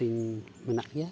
ᱦᱟᱹᱴᱤᱝ ᱢᱮᱱᱟᱜ ᱜᱮᱭᱟ